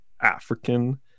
African